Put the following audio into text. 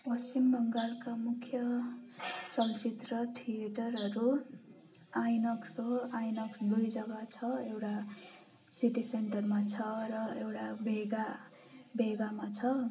पश्चिम बङ्गालका मुख्य चलचित्र थिएटरहरू आइनक्स हो आइनक्स दुई जग्गा छ एउटा सिटी सेन्टरमा छ र एउटा भेगा भेगामा छ